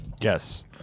Yes